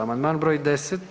Amandman broj 10.